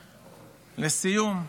לסיום,